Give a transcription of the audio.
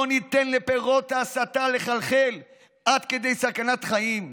לא ניתן לפירות ההסתה לחלחל עד כדי סכנת חיים.